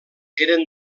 eren